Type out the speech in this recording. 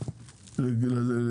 אני פותח את הישיבה,